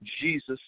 Jesus